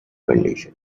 condition